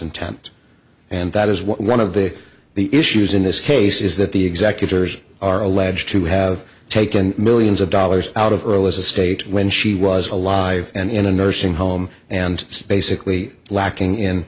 intent and that is what one of the the issues in this case is that the executors are alleged to have taken millions of dollars out of earle as a state when she was alive and in a nursing home and basically lacking